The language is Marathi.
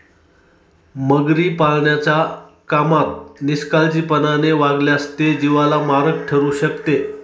मगरी पाळण्याच्या कामात निष्काळजीपणाने वागल्यास ते जीवाला मारक ठरू शकते